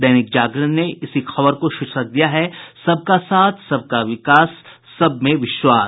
दैनिक जागरण ने इसी खबर को शीर्षक दिया है सबका साथ सबका विकास सबमें विश्वास